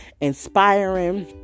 inspiring